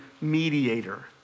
mediator